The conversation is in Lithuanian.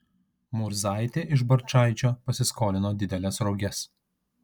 murzaitė iš barčaičio pasiskolino dideles roges